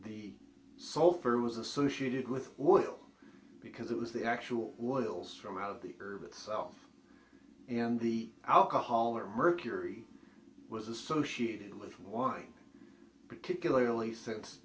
the sulphur was associated with oil because it was the actual wools from out of the herb itself and the alcohol or mercury was associated with wine particularly since